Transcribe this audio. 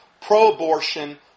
pro-abortion